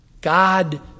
God